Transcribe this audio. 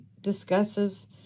discusses